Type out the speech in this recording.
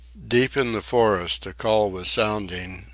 deep in the forest a call was sounding,